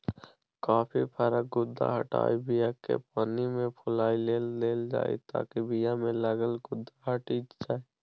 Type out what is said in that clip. coffee फरक गुद्दा हटाए बीयाकेँ पानिमे फुलए लेल देल जाइ ताकि बीयामे लागल गुद्दा हटि जाइ